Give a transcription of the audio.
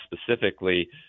specifically